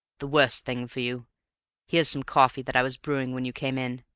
the worst thing for you here's some coffee that i was brewing when you came in.